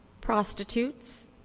prostitutes